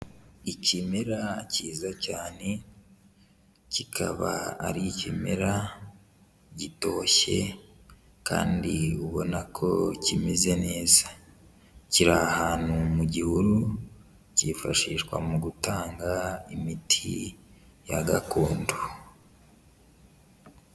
Ikimera cyiza cyane kikaba ari ikimera gitoshye kandi ubona ko kimeze neza, kiri ahantu mu gihuru cyifashishwa mu gutanga imiti ya gakondo.